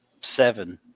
seven